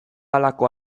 halako